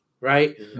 right